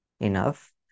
Enough